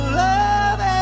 love